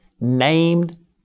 named